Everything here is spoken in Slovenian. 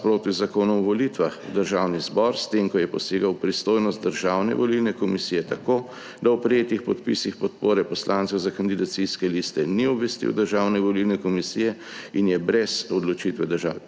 z Zakonom o volitvah v Državni zbor s tem, ko je posegel v pristojnost Državne volilne komisije tako, da o prejetih podpisih podpore poslancev za kandidacijske liste ni obvestil Državne volilne komisije in je brez odločitve državne